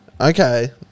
Okay